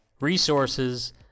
resources